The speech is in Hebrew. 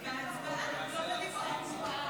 את ההצבעה, לא את ההסתייגות.